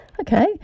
Okay